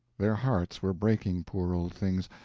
their hearts were breaking, poor old things,